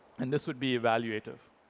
and this would be evaluative.